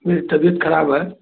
मेरी तबीयत ख़राब है